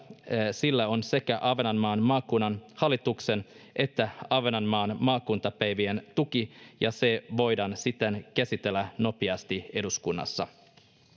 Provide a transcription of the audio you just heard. sillä on sekä ahvenanmaan maakunnan hallituksen että ahvenanmaan maakuntapäivien tuki ja se voidaan siten käsitellä nopeasti eduskunnassa